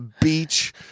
beach